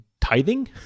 tithing